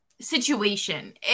situation